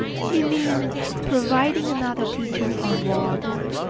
he means providing another teacher for walden,